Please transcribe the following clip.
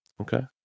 okay